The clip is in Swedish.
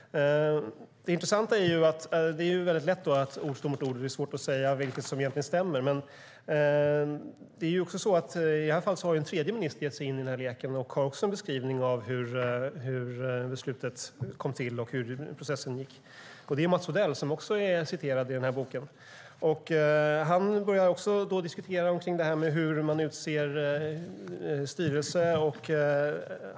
Det är då lätt att ord står mot ord, och det är svårt att säga vilket som egentligen stämmer. Men detta är intressant. I detta fall har en tredje minister gett sig in i denna lek och har en beskrivning av hur beslutet kom till och hur processen gick, och det är Mats Odell som också citeras i denna bok. Han diskuterar kring hur man utser styrelse.